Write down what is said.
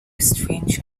strange